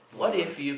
oh my god